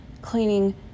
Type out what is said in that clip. cleaning